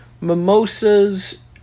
Mimosas